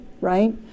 right